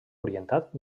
orientat